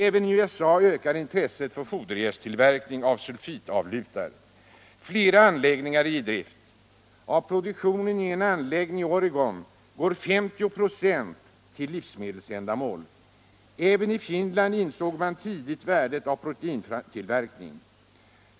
Även 1 USA ökar intresset för foderjästtillverkning av sulfitavlutar. Flera anläggningar är i drift. Av produktionen vid en anläggning i Salem, Oregon, går 50 procent till livsmedelsändamål. Även i Finland insåg man tidigt värdet av proteintillverkning.